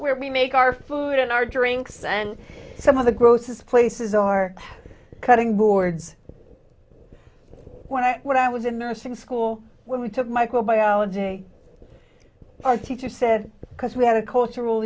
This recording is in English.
where we make our food and our drinks and some of the grossest places are cutting boards when i when i was in nursing school when we took microbiology our teacher said because we had a cultural